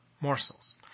Morsels